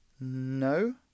No